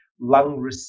lung